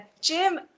Jim